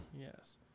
Yes